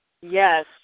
Yes